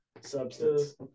Substance